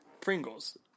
Pringles